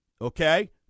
Okay